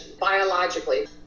biologically